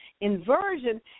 Inversion